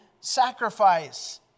sacrifice